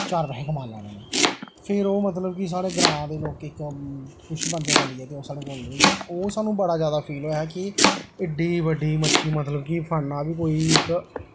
चार पैहे कमाई लैने न फिर ओह् मतलब कि साढ़े ग्रांऽ दे लोकें इक कुछ बंदें रलियै साढ़े कोला लेई ओह् सानूं बड़ा जादा फील होएआ हा कि एड्डी बड्डी मच्छी मतलब कि फड़ना बी कोई इक